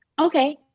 Okay